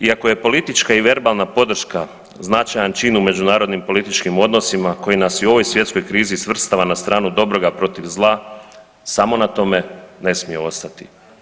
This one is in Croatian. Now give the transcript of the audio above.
Iako je politička i verbalna podrška značajan čin u međunarodnim političkim odnosima koji nas i u ovoj svjetskoj krizi svrstava na stranu dobroga protiv zla, samo na tome ne smije ostati.